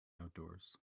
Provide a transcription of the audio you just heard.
outdoors